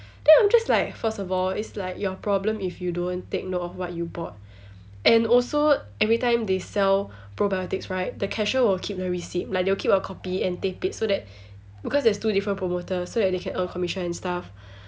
then I'm just like first of all it's like your problem if you don't take note of what you bought and also everytime they sell probiotics right the cashier will keep the receipt like they'll keep a copy and tape it so that because there's two different promoters so that they can earn commission and stuff